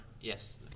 yes